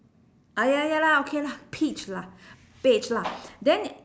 ah ya ya lah okay lah peach lah beige lah then